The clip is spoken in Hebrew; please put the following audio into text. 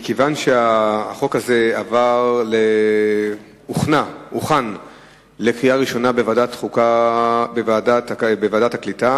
מכיוון שהצעת החוק הזאת הוכנה לקריאה ראשונה בוועדת הקליטה,